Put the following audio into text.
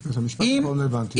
את המשפט האחרון לא הבנתי.